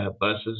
buses